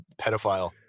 pedophile